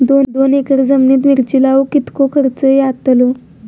दोन एकर जमिनीत मिरचे लाऊक कितको खर्च यातलो?